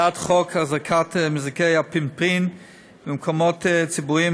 הצעת חוק החזקת מזרקי אפינפרין במקומות ציבוריים,